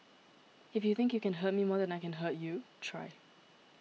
if you think you can hurt me more than I can hurt you try